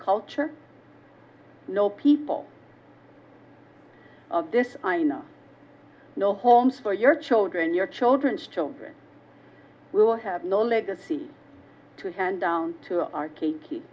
culture no people of this i know no homes for your children your children's children will have no legacy to hand down to